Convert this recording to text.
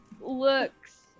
looks